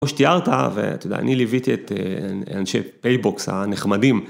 כמו שתיארת, ואתה יודע, אני ליוויתי את אנשי פייבוקס הנחמדים.